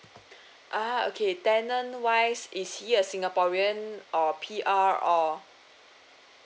ah okay tenant wise is he a singaporean or P_R or